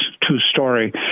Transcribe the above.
two-story